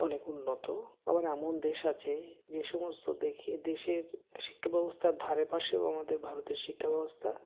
অনেক উন্নত আবার এমন দেশ আছে যে সমস্ত দেশের শিক্ষা ব্যবস্থার ধারে পাশেও আমাদের ভারতের শিক্ষা ব্যবস্থা